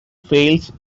fails